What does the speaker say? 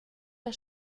der